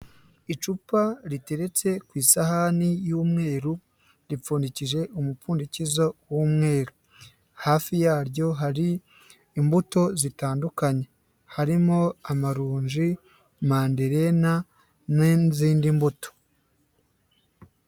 Icupa riteretse ku isahani y'umweru, ripfundikiye umupfundikizo w'umweru. Hafi yaryo hari imbuto zitandukanye. Harimo amaronji, manderena, n'izindi mbuto.